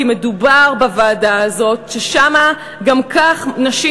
כי מדובר בוועדה הזאת ששם גם כך נשים